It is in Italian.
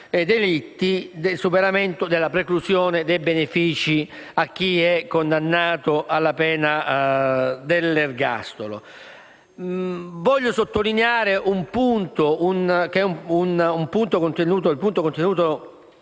delitti, della preclusione dei benefici a chi è condannato alla pena dell'ergastolo. Voglio sottolineare uno dei